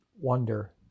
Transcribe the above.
wonder